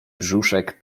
brzuszek